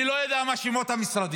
אני לא יודע מה שמות המשרדים,